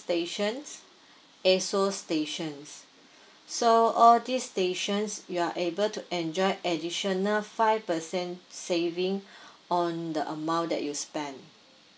stations esso stations so all this stations you are able to enjoy additional five percent saving on the amount that you spend